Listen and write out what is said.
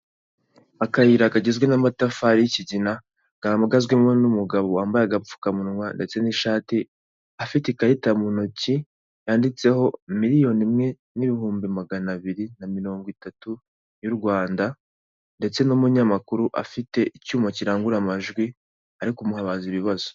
Akayira kagizwe n'amatafari y'ikigina gagazwamo n'umugabo wambaye agapfukamunwa ndetse n'ishati afite ikarita mu ntoki yanditseho miliyoni imwe n'ibihumbi magana abiri na mirongo itatu y'u Rwanda, ndetse n'umunyamakuru afite icyuma kirangurura amajwi ari kumubaza ibibazo.